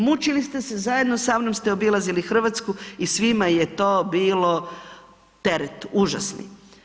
Mučili ste se, zajedno sa mnom ste obilazili Hrvatsku i svima je to bilo teret užasni.